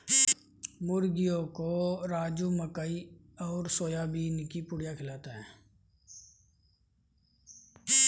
मुर्गियों को राजू मकई और सोयाबीन की पुड़िया खिलाता है